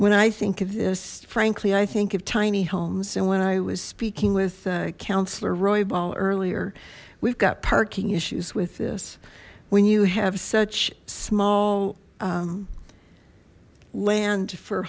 when i think of this frankly i think of tiny homes and when i was speaking with councilor roybal earlier we've got parking issues with this when you have such small land for